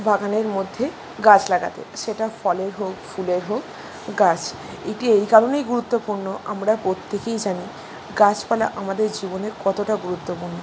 বাগানের মধ্যে গাছ লাগাতে সেটা ফলের হোক ফুলের হোক গাছ এটি এই কারণেই গুরুত্বপূর্ণ আমরা প্রত্যেকেই জানি গাছপালা আমাদের জীবনে কতটা গুরুত্বপূর্ণ